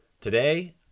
Today